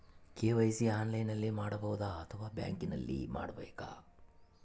KYC ಆನ್ಲೈನಲ್ಲಿ ಮಾಡಬಹುದಾ ಅಥವಾ ಬ್ಯಾಂಕಿನಲ್ಲಿ ಮಾಡ್ಬೇಕಾ?